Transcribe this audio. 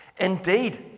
Indeed